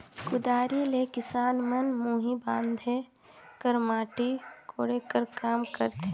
कुदारी ले किसान मन मुही बांधे कर, माटी कोड़े कर काम करथे